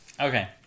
Okay